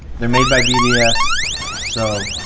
they're made by bds so.